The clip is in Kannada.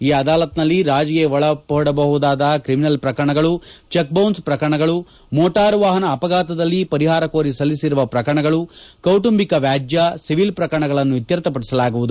ಈ ಅದಾಲತ್ನಲ್ಲಿ ರಾಜಿಗೆ ಒಳಪಡಬಹುದಾಗ ತ್ರೆಮಿನಲ್ ಪ್ರಕರಣಗಳು ಚೆಕ್ ಬೌನ್ಸ್ ಪ್ರಕರಣಗಳು ಮೋಟಾರು ವಾಹನ ಅಪಘಾತದಲ್ಲಿ ಪರಿಹಾರ ಕೋರಿ ಸಲ್ಲಿಸಿರುವ ಪ್ರಕರಣಗಳು ಕೌಟುಂಬಿಕ ವ್ಯಾಜ್ಯ ಸಿವಿಲ್ ಪ್ರಕರಣಗಳನ್ನು ಇತ್ಯರ್ಥ ಪಡಿಸಲಾಗುವುದು